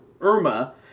Irma